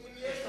אם הם